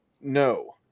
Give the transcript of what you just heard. no